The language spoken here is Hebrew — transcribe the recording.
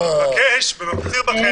אני מבקש ומפציר בכם,